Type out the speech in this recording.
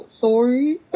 Sorry